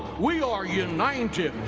we are united!